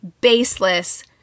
baseless